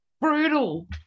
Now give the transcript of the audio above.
brutal